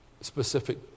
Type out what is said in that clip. specific